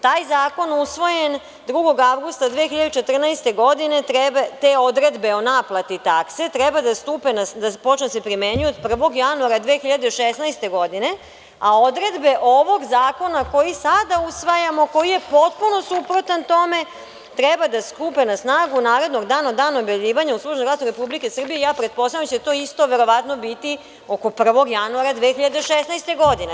Taj zakon usvojen 2. avgusta 2014. godine, te odredbe o naplati takse treba da počnu da se primenjuju od 1. januara 2016. godine a odredbe ovog zakona koji sada usvajamo koji je potpuno suprotan tome treba da stupe na snagu narednog dana od dana objavljivanja u „Službenom glasniku RS“ i ja pretpostavljam da će to isto verovatno biti oko 1. januara 2016. godine.